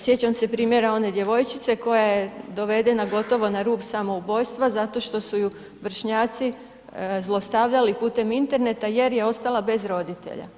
Sjećam se primjera one djevojčice koja je dovedena gotovo na rub samoubojstva zato što su ju vršnjaci zlostavljali putem interneta jer je ostala bez roditelja.